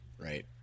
Right